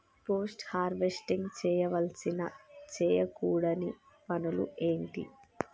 Post harvesting చేయవలసిన చేయకూడని పనులు ఏంటి?